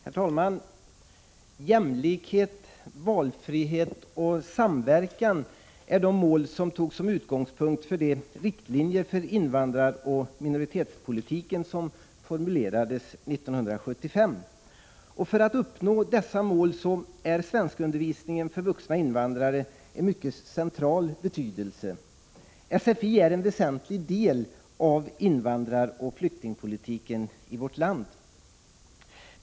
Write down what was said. Herr talman! Jämlikhet, valfrihet och samverkan är de mål som togs som utgångspunkt för de riktlinjer för invandraroch minoritetspolitiken som formulerades 1975. När det gäller att uppnå dessa mål är svenskundervisningen för vuxna invandrare av mycket central betydelse. Sfi utgör en väsentlig del av invandraroch flyktingpolitiken i vårt land.